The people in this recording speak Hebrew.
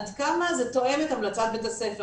עד כמה זה תואם את המלצת בית הספר,